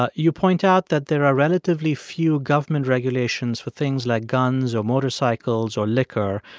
ah you point out that there are relatively few government regulations for things like guns or motorcycles or liquor.